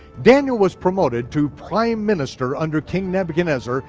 daniel was promoted to prime minister under king nebuchadnezzar,